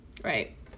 right